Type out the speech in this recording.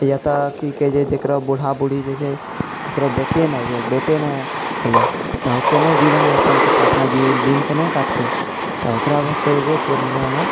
या तऽ कि कहै छै जकरा बूढ़ा बूढ़ी जे छै ओकरो बेटे नहि छै बेटे नहि होलै तऽ ओ कोना जीवन यापन करतै अपना जिए दिन कोना काटतै तऽ ओकरा वास्ते जे छै पूर्णियामे